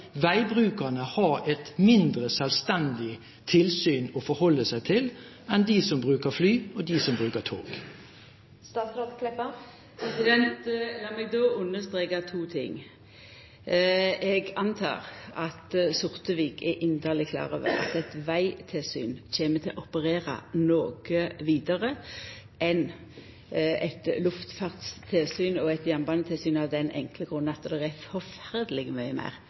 mindre selvstendig tilsyn å forholde seg til enn dem som bruker fly, og dem som bruker tog? Lat meg då understreka to forhold. Eg antek at Sortevik er inderleg klar over at eit vegtilsyn kjem til å operera noko vidare enn eit luftfartstilsyn og eit jernbanetilsyn, av den enkle grunn at det er forferdeleg mykje meir